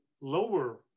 lower